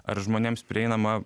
ar žmonėms prieinama